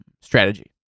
strategy